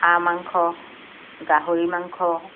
হাঁহ মাংস গাহৰি মাংস